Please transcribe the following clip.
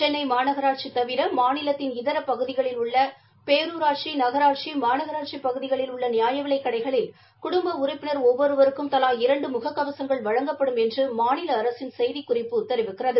சென்னை மாநகராட்சி தவிர மாநிலத்தின் இதர பகுதிகளில் உள்ள பேரூராட்சி நகராட்சி மாநகராட்சிப் பகுதிகளில் உள்ள நிபாயவிலைக் கடைகளில் குடும்ப உறுப்பினர் ஒவ்வொருவருக்கும் தவா இரண்டு முக கவசங்கள் வழங்கப்படும் என்று மாநில அரசின் செய்திக்குறிப்பு தெரிவிக்கிறது